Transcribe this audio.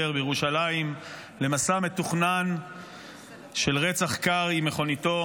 בירושלים למסע מתוכנן של רצח קר במכוניתו.